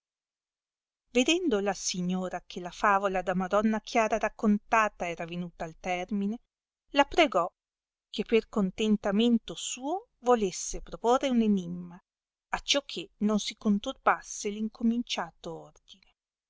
vedendo la signora che la favola da madonna chiara raccontata era venuta al termine la pregò che per contentamento suo volesse proporre un enimma acciò che non si conturbasse l incominciato ordine